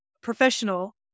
professional